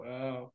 wow